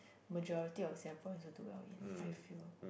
majority of Singaporeans will do well in I feel